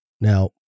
Now